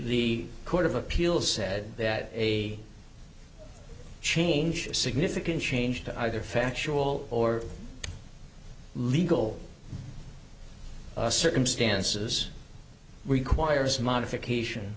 the court of appeal said that a change significant change to either factual or legal circumstances requires modification